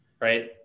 Right